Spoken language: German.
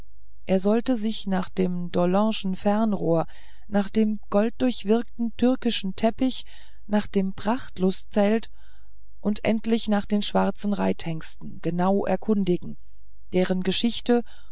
er solle sich nach einem dollondschen fernrohr nach einem golddurchwirkten türkischen teppich nach einem prachtlustzelt und endlich nach den schwarzen reithengsten genau erkundigen deren geschichte